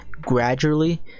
gradually